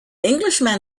englishman